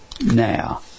now